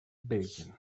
belgien